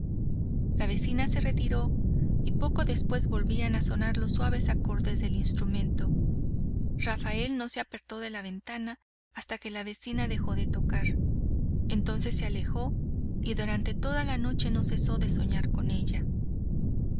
la vecina se retiró y poco después volvían a sonar los suaves acordes del instrumento rafael no se apartó de la ventana hasta que la vecina dejó de tocar entonces se alejó y durante toda la noche no cesó de soñar con ella